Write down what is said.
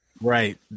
Right